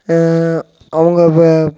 அவங்க அப்போ